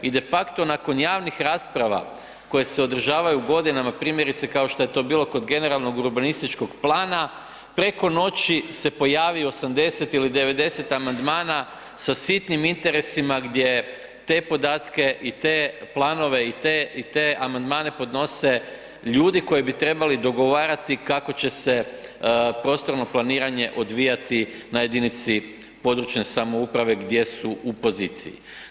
I de facto nakon javnih rasprava koje se održavaju godinama primjerice kao što je to bilo kod GUP-a preko noći se pojavio 80 ili 90 amandmana sa sitnim interesima gdje te podatke i te planove i te amandmane podnose ljudi koji bi trebali dogovarati kako će se prostorno planiranje odvijati na jedinici područne samouprave gdje su u poziciji.